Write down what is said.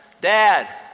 dad